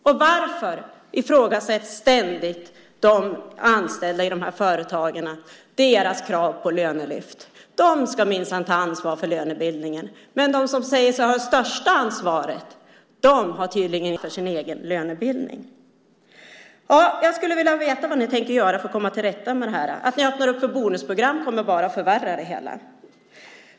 Och varför ifrågasätts ständigt de anställda i de här företagen, deras krav på lönelyft? De ska minsann ta ansvar för lönebildningen, men de som säger sig ha största ansvaret har tydligen inte ansvar alls för sin egen lönebildning. Jag skulle vilja veta vad ni tänker göra för att komma till rätta med det här. Att ni öppnar upp för bonusprogram kommer bara att förvärra det hela.